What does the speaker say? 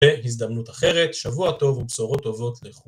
בהזדמנות אחרת. שבוע טוב ובשורות טובות לכולם.